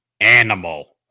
animal